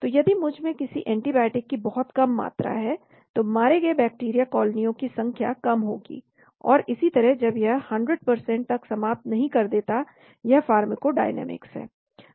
तो यदि मुझ में किसी एंटीबायोटिक की बहुत कम मात्रा है तो मारे गए बैक्टीरिया कॉलोनियों की संख्या कम होगी और इसी तरह जब तक यह 100 तक समाप्त नहीं कर देता यह फार्माकोडायनामिक्स है